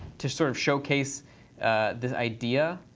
to sort of showcase this idea.